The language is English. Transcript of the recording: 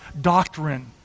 doctrine